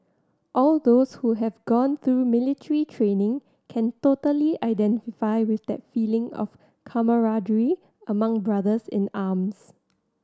all those who have gone through military training can totally identify with that feeling of camaraderie among brothers in arms